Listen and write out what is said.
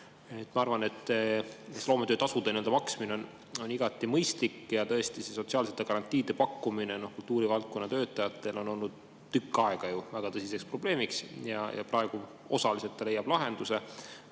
Ma arvan, et loometöötasu maksmine on igati mõistlik, sest sotsiaalsete garantiide pakkumine kultuurivaldkonna töötajatele on tõesti olnud tükk aega väga tõsiseks probleemiks. Praegu ta osaliselt leiab lahenduse,